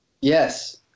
yes